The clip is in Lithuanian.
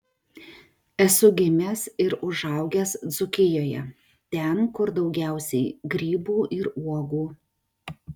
esu gimęs ir užaugęs dzūkijoje ten kur daugiausiai grybų ir uogų